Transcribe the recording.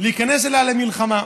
להיכנס אליה למלחמה.